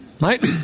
right